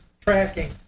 tracking